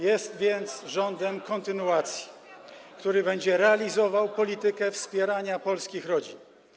Jest więc rządem kontynuacji, który będzie realizował politykę wspierania polskich rodzin.